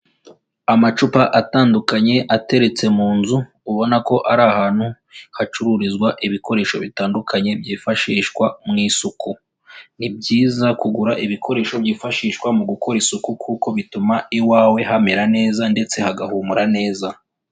Amacupa atandukanye ateretse mu nzu ubona ko ari ahantu hacururizwa ibikoresho bitandukanye byifashishwa mu isuku, ni byiza kugura ibikoresho byifashishwa mu gukora isuku kuko bituma iwawe hamera neza ndetse hagahumura neza.